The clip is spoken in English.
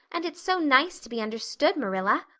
and it's so nice to be understood, marilla.